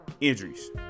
injuries